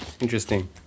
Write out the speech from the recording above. Interesting